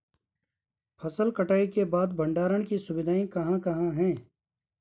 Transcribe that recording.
फसल कटाई के बाद भंडारण की सुविधाएं कहाँ कहाँ हैं?